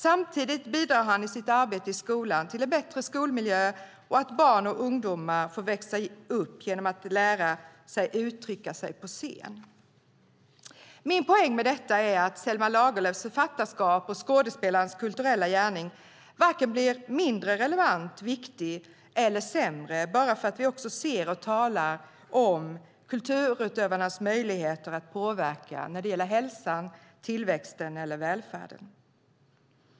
Samtidigt bidrar han i sitt arbete i skolan till en bättre skolmiljö och att barn och ungdomar får växa upp genom att lära sig att uttrycka sig på scen. Min poäng med detta är att Selma Lagerlöfs författarskap och skådespelarens kulturella gärning varken blir mindre relevant, mindre viktig eller sämre bara för att vi också ser och talar om kulturutövarnas möjligheter att påverka hälsan, tillväxten eller välfärden.